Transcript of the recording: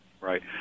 Right